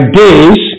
days